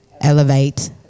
elevate